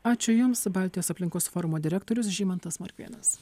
ačiū jums baltijos aplinkos forumo direktorius žymantas morkvėnas